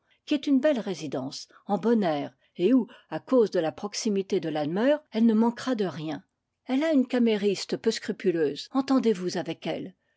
qui est une belle rési dence en bon air et où à cause de la proximité de lan meur elle ne manquera de rien elle a une camériste peu scrupuleuse entendez-vous avec elle